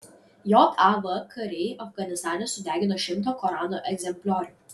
jav kariai afganistane sudegino šimtą korano egzempliorių